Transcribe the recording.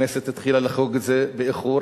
הכנסת התחילה לחגוג את זה באיחור,